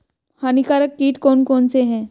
हानिकारक कीट कौन कौन से हैं?